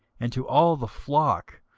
and to all the flock,